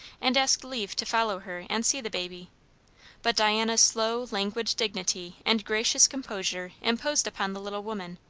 and asked leave to follow her and see the baby but diana's slow, languid dignity and gracious composure imposed upon the little woman,